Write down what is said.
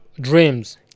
dreams